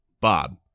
Bob